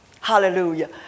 Hallelujah